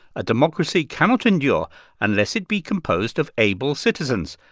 a democracy cannot endure unless it be composed of able citizens.